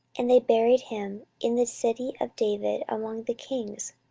and they buried him in the city of david among the kings,